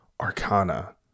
Arcana